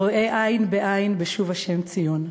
הרואה עין בעין בשוב ה' ציון,